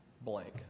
blank